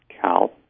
Cal